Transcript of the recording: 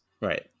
Right